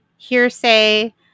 hearsay